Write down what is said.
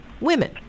women